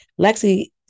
Lexi